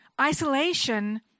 isolation